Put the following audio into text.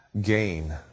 gain